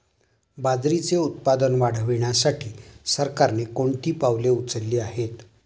बाजरीचे उत्पादन वाढविण्यासाठी सरकारने कोणती पावले उचलली आहेत?